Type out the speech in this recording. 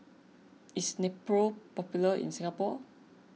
is Nepro popular in Singapore